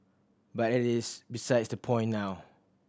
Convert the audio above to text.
but that is besides the point now